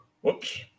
Whoops